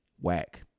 Whack